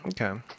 Okay